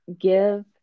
give